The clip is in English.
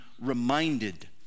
reminded